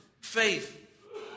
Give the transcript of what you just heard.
faith